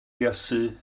iesu